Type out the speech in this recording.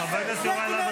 זאת גנבה.